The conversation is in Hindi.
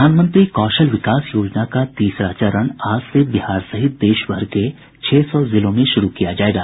प्रधानमंत्री कौशल विकास योजना का तीसरा चरण आज से बिहार सहित देश भर के छह सौ जिलों में शुरू किया जायेगा